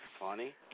funny